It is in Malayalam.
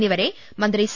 എന്നിവരെ മന്ത്രി സി